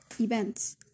events